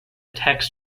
text